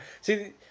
See